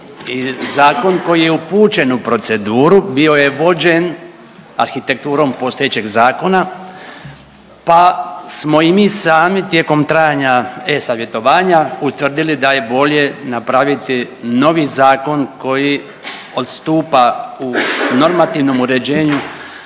zakon koji je upućen u proceduru bio je vođen arhitekturom postojećeg zakona, pa smo i mi sami tijekom trajanja e-savjetovanja utvrdili da je bolje napraviti novi zakon koji odstupa u normativnom uređenju